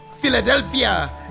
Philadelphia